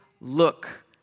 look